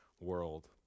world